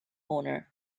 owner